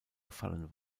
gefallen